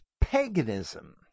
paganism